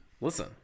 Listen